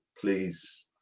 please